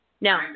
No